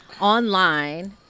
online